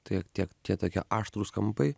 tiek tie tie tokie aštrūs kampai